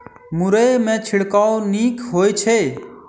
मुरई मे छिड़काव नीक होइ छै?